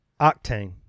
Octane